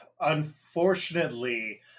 Unfortunately